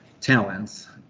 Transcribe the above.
talents